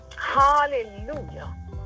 Hallelujah